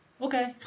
Okay